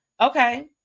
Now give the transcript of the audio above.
okay